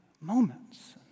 moments